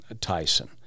tyson